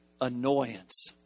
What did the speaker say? annoyance